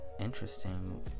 interesting